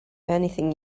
anything